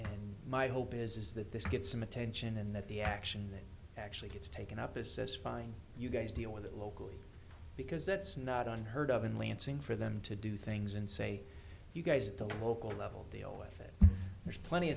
sense my hope is that this get some attention and that the action actually gets taken up assess fine you guys deal with it locally because that's not unheard of in lansing for them to do things and say you guys at the local level deal with it there's plenty